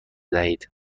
دهید